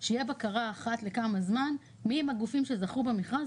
שתהיה בקרה אחת לכמה זמן מי הם הגופים שזכו במכרז